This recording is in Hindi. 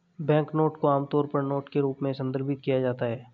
बैंकनोट को आमतौर पर नोट के रूप में संदर्भित किया जाता है